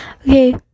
Okay